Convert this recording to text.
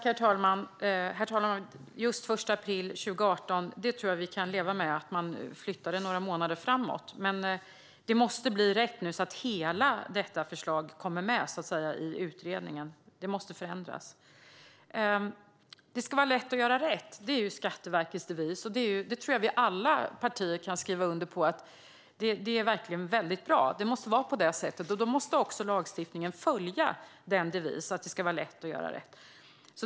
Herr talman! När det gäller datumet, den 1 april 2018, tror jag att vi kan leva med att man flyttar det några månader framåt. Men det måste bli rätt nu, så att hela detta förslag kommer med i utredningen. Det måste förändras. Det ska vara lätt att göra rätt - det är Skatteverkets devis. Jag tror att alla partier kan skriva under på att det verkligen är väldigt bra. Det måste vara på det sättet. Då måste också lagstiftningen följa den devisen - att det ska vara lätt att göra rätt.